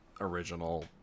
original